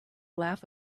laugh